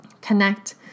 connect